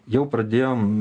jau pradėjom